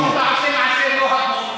אדוני היושב-ראש, אתה עושה מעשה לא הגון.